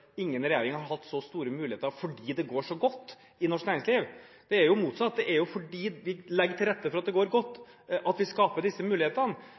ingen regjering har hatt så store muligheter fordi det går så godt i norsk næringsliv. Det er jo motsatt: Det er jo fordi vi legger til rette for at det går godt, at vi skaper disse mulighetene.